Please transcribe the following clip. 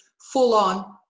full-on